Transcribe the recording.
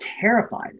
terrified